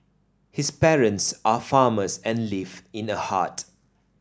his parents are farmers and live in a hut